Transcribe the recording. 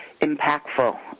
impactful